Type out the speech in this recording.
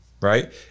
right